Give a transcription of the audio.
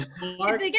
Mark